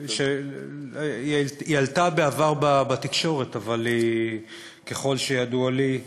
היא עלתה בעבר בתקשורת, אבל ככל שידוע לי,